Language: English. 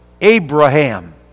Abraham